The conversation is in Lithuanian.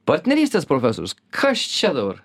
partnerystės profesorius kas čia dabar